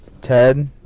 Ted